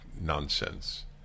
nonsense